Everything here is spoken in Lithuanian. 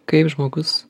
kaip žmogus